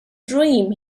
dream